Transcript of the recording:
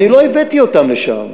אני לא הבאתי אותם לשם.